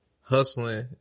hustling